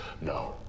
No